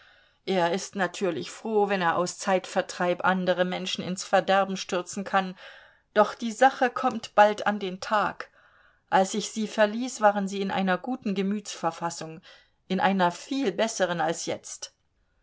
er ist natürlich froh wenn er aus zeitvertreib andere menschen ins verderben stürzen kann doch die sache kommt bald an den tag als ich sie verließ waren sie in einer guten gemütsverfassung in einer viel besseren als jetzt